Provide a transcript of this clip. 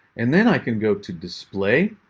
and then i can go to display.